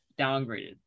downgraded